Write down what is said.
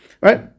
Right